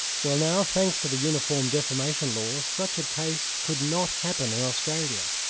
well now, thanks to the uniform defamation laws, such a case could not happen in australia.